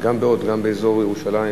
גם באזור ירושלים